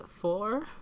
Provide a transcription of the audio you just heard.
four